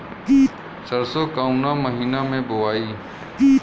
सरसो काउना महीना मे बोआई?